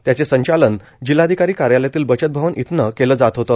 त्याचे संचलन जिल्हाधिकारी कार्यालयातील बचत भवन इथनं केले जात होते